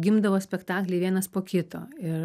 gimdavo spektakliai vienas po kito ir